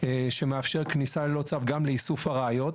שמאפשר כניסה ללא צו גם לאיסוף הראיות.